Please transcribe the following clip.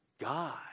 God